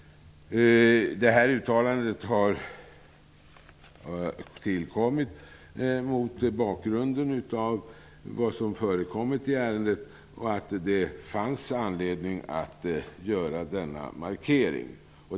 Det här uttalandet har tillkommit mot bakgrund av vad som förekommit i ärendet och att det fanns anledning att göra denna markering.